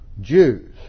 Jews